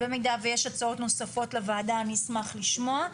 במידה ויש הצעות נוספות לוועדה, אני אשמח לשמוע.